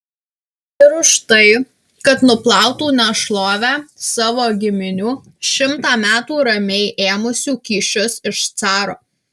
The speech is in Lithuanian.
ir už tai kad nuplautų nešlovę savo giminių šimtą metų ramiai ėmusių kyšius iš caro